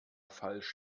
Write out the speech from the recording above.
falsch